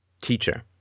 teacher